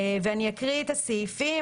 אני אקריא את הסעיפים,